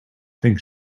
think